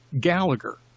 Gallagher